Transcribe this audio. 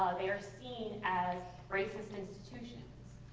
they are seen as racist institutions.